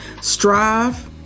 Strive